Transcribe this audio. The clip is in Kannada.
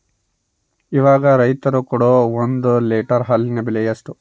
ಇವಾಗ ರೈತರು ಕೊಡೊ ಒಂದು ಲೇಟರ್ ಹಾಲಿಗೆ ಬೆಲೆ ಎಷ್ಟು?